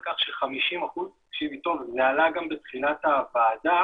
על כך ש-50% - וזה עלה גם בתחילת הוועדה